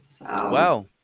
Wow